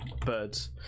birds